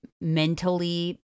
mentally